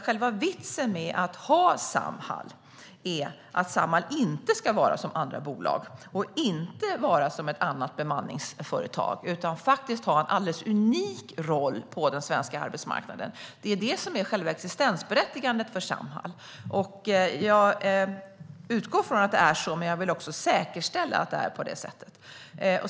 Själva vitsen med Samhall är att Samhall inte ska vara som andra bolag och inte vara som ett annat bemanningsföretag utan faktiskt ha en alldeles unik roll på den svenska arbetsmarknaden, vilket är det som är existensberättigandet för Samhall. Jag utgår från att det är så, men jag vill också säkerställa att det är på det sättet.